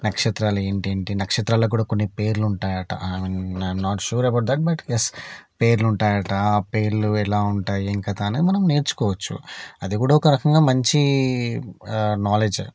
నక్షత్రాలు ఏంటి ఏంటి నక్షత్రాలకు కూడా కొన్ని పేర్లు ఉంటాయట I mean not sure about that but yes పేర్లు ఉంటాయట ఆ పేర్లు ఎలా ఉంటాయి ఏం కథ అనేది మనం నేర్చుకోవచ్చు అది కూడా ఒక రకంగా మంచి నాలెడ్జే